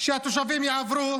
שהתושבים יעברו